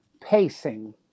pacing